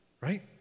right